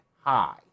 high